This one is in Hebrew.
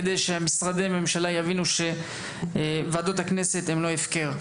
כדי שמשרדי הממשלה יבינו שוועדות הכנסת הן לא הפקר.